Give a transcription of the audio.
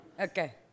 Okay